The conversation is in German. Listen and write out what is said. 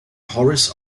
horace